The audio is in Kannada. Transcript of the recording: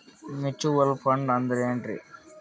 ಮ್ಯೂಚುವಲ್ ಫಂಡ ಅಂದ್ರೆನ್ರಿ?